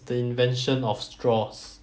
the invention of straws